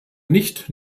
nicht